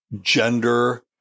gender